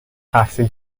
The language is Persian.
تحصیل